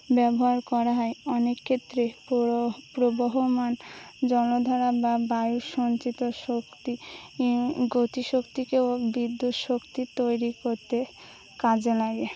ব্যবহার করা হয় অনেক ক্ষেত্রে পুরো প্রবহমান জনধারা বা বায়ু সঞ্চিত শক্তি গতিশক্তিকে ও বিদ্যুৎ শক্তি তৈরি করতে কাজে লাগে